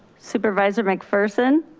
supervisor mcpherson.